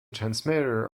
transmitter